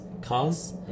cars